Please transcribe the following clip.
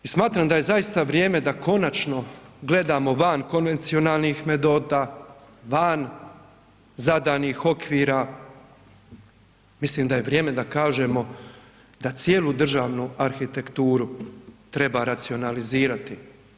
I smatram da je konačno vrijeme da konačno gledamo van konvencionalnih metoda, van zadanih okvira, mislim da je vrijeme da kažemo da cijelu državnu arhitekturu treba racionalizirati.